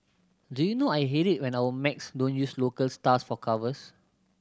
do you know I hate it when our mags don't use local stars for covers